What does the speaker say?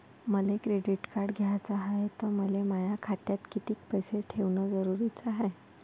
मले credit card घ्याचं हाय, त मले माया खात्यात कितीक पैसे ठेवणं जरुरीच हाय?